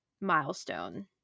milestone